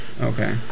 Okay